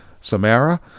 Samara